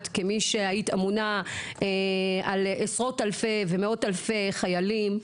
את היית אמונה על עשרות ומאות אלפי חיילים.